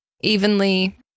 evenly